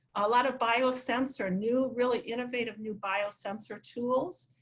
a lot of biosensor, new really innovative new biosensor tools,